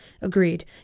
agreed